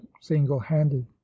single-handed